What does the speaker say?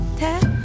tap